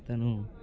అతను